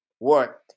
work